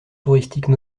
touristiques